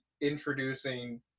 introducing